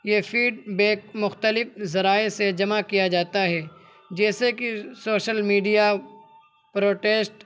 یہ فیڈبیک مختلف ذرائع سے جمع کیا جاتا ہے جیسے کہ سوشل میڈیا پروٹیشٹ